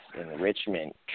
enrichment